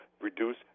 reduce